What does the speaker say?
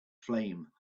flame